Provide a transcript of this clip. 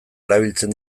erabiltzen